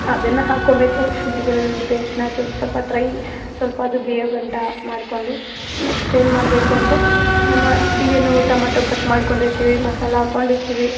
ಅದನ್ನು ಹಾಕ್ಕೊಬೇಕು ಶುಂಠಿ ಬೆಳ್ಳುಳ್ಳಿ ಪೇಸ್ಟನ್ನ ಚು ಸ್ವಲ್ಪ ಡ್ರೈ ಸ್ವಲ್ಪ ಅದು ಬೇಯೋಗಂಟ ಮಾಡಿಕೊಂಡು ನೆಕ್ಸ್ಟ್ ಏನು ಮಾಡಬೇಕು ಅಂದರೆ ನಮ್ಮ ಏನು ಟಮೊಟೊ ಕಟ್ ಮಾಡ್ಕೊಂಡಿರ್ತೀವಿ ಮಸಾಲ ಹಾಕೊಂಡಿರ್ತಿವಿ